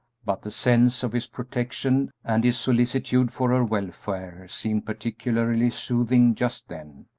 but the sense of his protection and his solicitude for her welfare seemed particularly soothing just then,